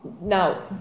now